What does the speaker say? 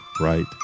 right